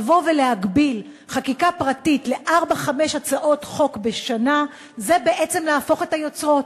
להגביל חקיקה פרטית לארבע-חמש הצעות חוק בשנה זה בעצם להפוך את היוצרות,